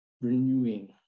renewing